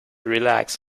relax